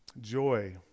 joy